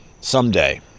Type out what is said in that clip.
Someday